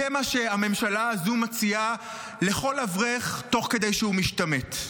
זה מה שהממשלה הזו מציעה לכל אברך תוך כדי שהוא משתמט.